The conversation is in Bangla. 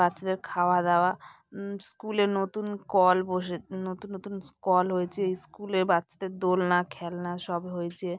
বাচ্চাদের খাওয়া দাওয়া স্কুলে নতুন কল বসে নতুন নতুন স্কল হয়েছে স্কুলে বাচ্চাদের দোলনা খেলনা সব হয়েছে